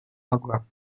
могла